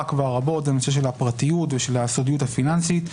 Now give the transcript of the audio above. כבר רבות היא הפרטיות והסודיות הפיננסית,